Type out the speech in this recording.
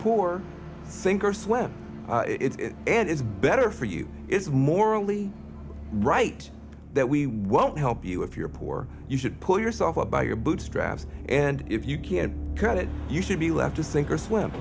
poor sink or swim and it's better for you it's morally right that we won't help you if you're poor you should pull yourself up by your bootstraps and if you can't cut it you should be left to sink or swim